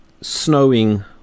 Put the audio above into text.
snowing